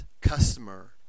customer